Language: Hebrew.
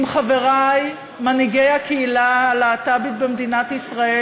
חברי מנהיגי הקהילה הלהט"בית במדינת ישראל,